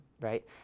right